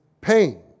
pain